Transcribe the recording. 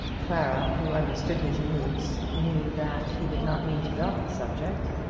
clara, who understood his moods, knew that he did not mean to drop the subject,